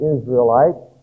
Israelites